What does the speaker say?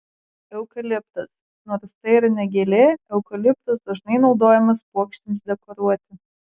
eukaliptas nors tai ir ne gėlė eukaliptas dažnai naudojamas puokštėms dekoruoti